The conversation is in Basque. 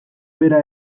bera